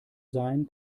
sein